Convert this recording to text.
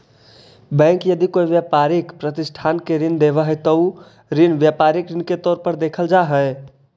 bank यदि कोई व्यापारिक प्रतिष्ठान के ऋण देवऽ हइ त उ ऋण व्यापारिक ऋण के तौर पर देखल जा हइ